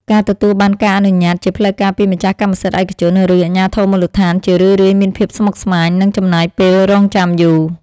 ការទទួលបានការអនុញ្ញាតជាផ្លូវការពីម្ចាស់កម្មសិទ្ធិឯកជន ឬអាជ្ញាធរមូលដ្ឋាន ជារឿយៗមានភាពស្មុគស្មាញ និងចំណាយពេលរង់ចាំយូរ។